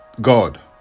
God